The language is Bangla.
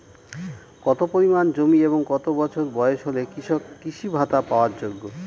কত পরিমাণ জমি এবং কত বছর বয়স হলে কৃষক কৃষি ভাতা পাওয়ার যোগ্য?